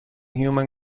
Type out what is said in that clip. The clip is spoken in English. human